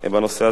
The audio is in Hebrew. וכמובן